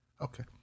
Okay